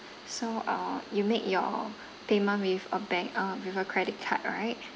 so uh you make your payment with a bank uh with a credit card right